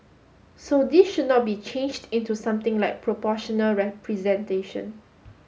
so this should not be changed into something like proportional representation